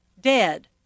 dead